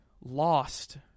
lost